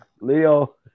Leo